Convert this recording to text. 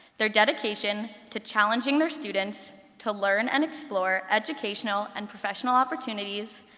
their dedication to challenging their students to learn and explore educational and professional opportunities,